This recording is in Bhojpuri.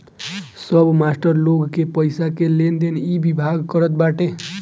सब मास्टर लोग के पईसा के लेनदेन इ विभाग करत बाटे